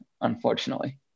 unfortunately